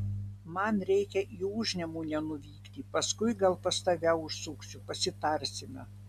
man reikia į užnemunę nuvykti paskui gal pas tave užsuksiu pasitarsime